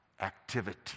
activity